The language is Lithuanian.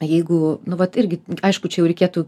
jeigu nu vat irgi aišku čia jau reikėtų